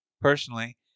personally